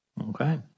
Okay